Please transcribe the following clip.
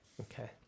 okay